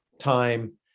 time